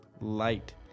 light